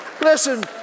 listen